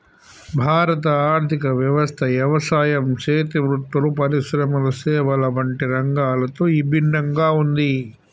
భారత ఆర్థిక వ్యవస్థ యవసాయం సేతి వృత్తులు, పరిశ్రమల సేవల వంటి రంగాలతో ఇభిన్నంగా ఉంది